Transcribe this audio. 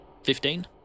Fifteen